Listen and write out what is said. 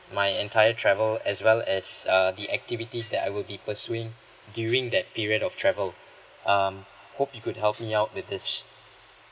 my entire travel as well as uh the activities that I will be pursuing during that period of travel um hope you could help me out with this